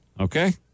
Okay